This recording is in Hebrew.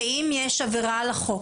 ואם יש עבירה על החוק,